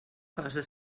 cosa